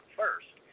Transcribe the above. first